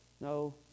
No